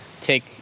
take